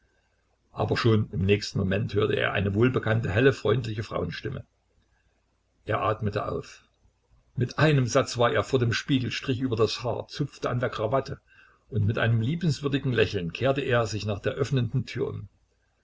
aber schon im nächsten moment hörte er eine wohlbekannte helle freundliche frauenstimme er atmete auf mit einem satz war er vor dem spiegel strich über das haar zupfte an der krawatte und mit einem liebenswürdigen lächeln kehrte er sich nach der öffnenden tür um